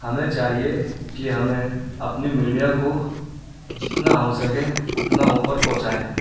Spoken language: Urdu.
ہمیں چاہیے کہ ہمیں اپنی میڈیا کو جتنا ہو سکے اتنا اوپر پہنچائیں